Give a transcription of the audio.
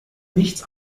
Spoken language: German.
nichts